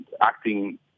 acting